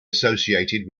associated